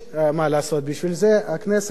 בשביל זה הכנסת נמצאת כאן,